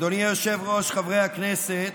אדוני היושב-ראש, חברי הכנסת,